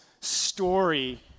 story